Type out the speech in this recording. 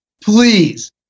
please